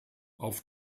auf